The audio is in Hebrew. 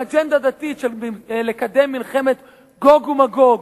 יש להם אג'נדה דתית של לקדם מלחמת גוג ומגוג.